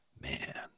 Man